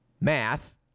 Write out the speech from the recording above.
math